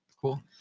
Cool